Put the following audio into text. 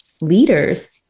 leaders